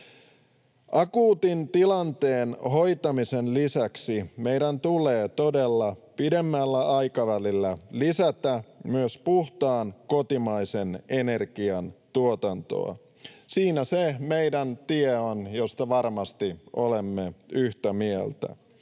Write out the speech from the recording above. Akuutin tilanteen hoitamisen lisäksi meidän tulee todella pidemmällä aikavälillä lisätä myös puhtaan kotimaisen energian tuotantoa. Siinä on se meidän tie, josta varmasti olemme yhtä mieltä.